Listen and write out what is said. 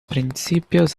principios